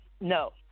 no